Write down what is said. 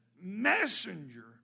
messenger